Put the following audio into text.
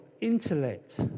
intellect